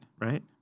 right